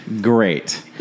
great